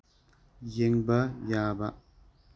ꯌꯦꯡꯕ ꯌꯥꯕ